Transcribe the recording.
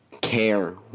care